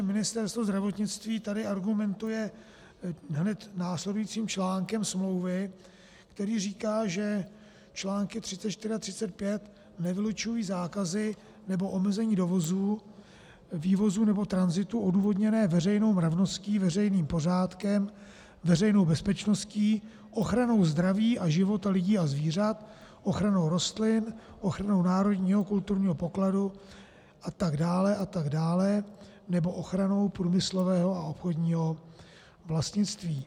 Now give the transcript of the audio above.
Ministerstvo zdravotnictví tady argumentuje hned následujícím článkem smlouvy, který říká, že články 34 a 35 nevylučují zákazy nebo omezení dovozu, vývozu nebo tranzitu odůvodněné veřejnou mravností, veřejným pořádkem, veřejnou bezpečností, ochranou zdraví a života lidí a zvířat, ochranou rostlin, ochranou národního kulturního pokladu atd. atd., nebo ochranou průmyslového a obchodního vlastnictví.